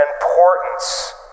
importance